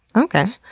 okay.